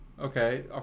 Okay